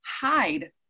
hide